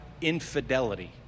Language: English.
infidelity